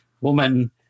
woman